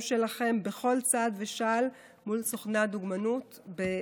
שלכם בכל צעד ושעל מול סוכני הדוגמנות בתעשייה,